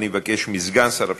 אני מבקש מסגן שר הפנים,